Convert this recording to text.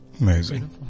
Amazing